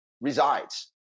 resides